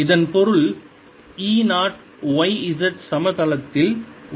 இதன் பொருள் E 0 yz சமதளத்தில் உள்ளது